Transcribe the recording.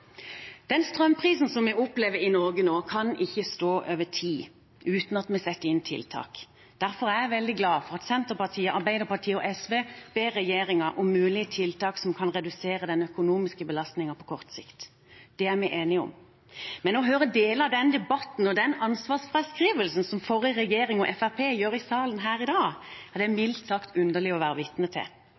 Den strømprisen vi opplever i Norge nå, kan ikke stå over tid uten at vi setter inn tiltak. Derfor er jeg veldig glad for at Senterpartiet, Arbeiderpartiet og SV ber regjeringen om mulige tiltak som kan redusere den økonomiske belastningen på kort sikt. Det er vi enige om. Men deler av denne debatten og den ansvarsfraskrivelsen som forrige regjering og Fremskrittspartiet gjør i salen her i dag, er det mildt sagt underlig å være vitne til.